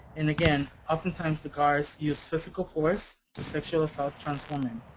and, again, oftentimes the guards use physical force to sexually assault trans women.